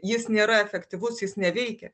jis nėra efektyvus jis neveikia